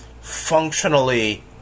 functionally